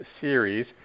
Series